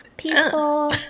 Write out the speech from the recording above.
peaceful